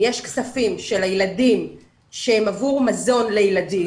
אם יש כספים של הילדים שהם עבור מזון לילדים,